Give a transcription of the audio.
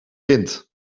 wint